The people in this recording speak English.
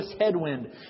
headwind